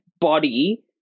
body